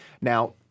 Now